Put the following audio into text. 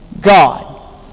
God